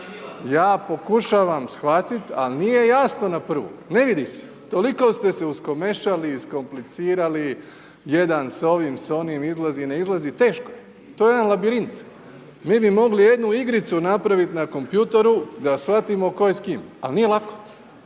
Ja pokušavam shvatiti ali nije jasno na prvu, ne vidi ste. Toliko ste se uskomešali i iskomplicirali, jedan s ovim, s onim, izlazi, ne izlazi, teško je. To je jedan labirint. Mi bi mogli jednu igricu napraviti na kompjutoru da shvatimo tko je s kim. Ali nije lako,